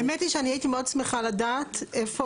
האמת היא שאני הייתי מאוד שמחה לדעת איפה